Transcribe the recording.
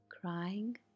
crying